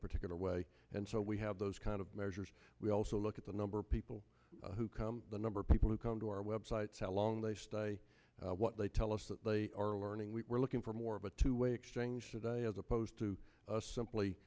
particular way and so we have those kind of measures we also look at the number of people who come the number of people who come to our web sites how long they stay what they tell us that they we were looking for more of a two way exchange today as opposed to simply